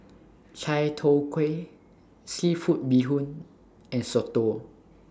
Chai Tow Kuay Seafood Bee Hoon and Soto